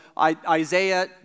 Isaiah